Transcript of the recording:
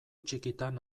txikitan